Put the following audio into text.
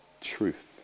truth